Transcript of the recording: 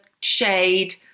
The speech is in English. shade